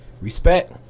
Respect